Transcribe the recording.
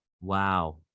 Wow